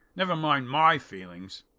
never mind my feelings.